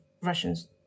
Russians